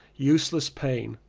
useless pain.